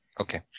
Okay